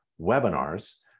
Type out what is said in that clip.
webinars